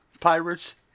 Pirates